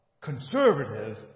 conservative